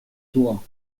toi